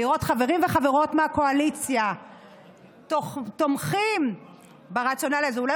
לראות חברים וחברות מהקואליציה תומכים ברציונל הזה.